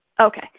Okay